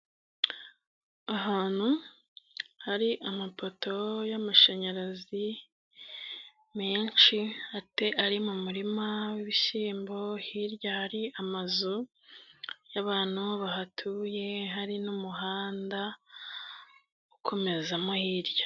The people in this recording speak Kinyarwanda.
Ahantu hari amapoto y'amashanyarazi menshi ari mu murima w'ibishyimbo hirya hari amazu y'abantu bahatuye hari n'umuhanda ukomezamo hirya.